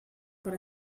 per